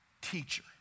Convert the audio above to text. Teacher